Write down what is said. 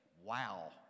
wow